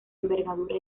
envergadura